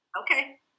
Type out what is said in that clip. Okay